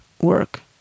work